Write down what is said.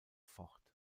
fort